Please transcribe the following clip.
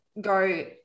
go